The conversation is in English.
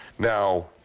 now,